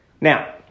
Now